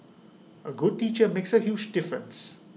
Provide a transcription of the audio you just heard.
A good teacher makes A huge difference